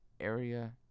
area